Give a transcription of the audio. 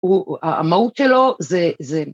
‫המהות שלו זה...